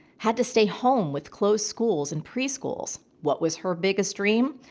had to stay home with closed schools and preschools. what was her biggest dream?